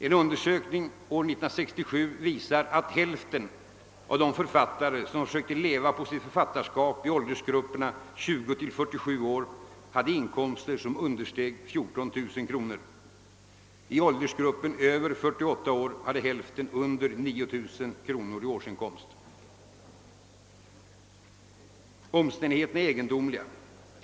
En undersökning år 1967 visade att hälften av de författare som försökte leva på sitt författarskap i åldersgruppen 20 till 47 år hade inkomster som understeg 14000 kropor. I åldersgruppen över 47 år hade hälften mindre än 9000 kronor i årsinkomst. Omständigheterna är egendomliga.